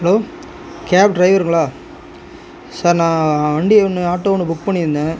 hello cab டிரைவருங்களா sir நான் வண்டி ஒன்று ஆட்டோ ஒன்று புக் பண்ணியிருந்தேன்